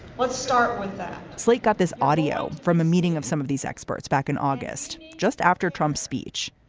let's start with that slate got this audio from a meeting of some of these experts back in august just after trump's speech.